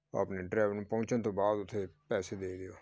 ਆਪਣੇ ਡਰਾਈਵਰ ਨੂੰ ਪਹੁੰਚਣ ਤੋਂ ਬਾਅਦ ਉੱਥੇ ਪੈਸੇ ਦੇ ਦਿਓ